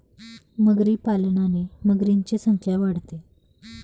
मगरी पालनाने मगरींची संख्या वाढते